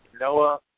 Noah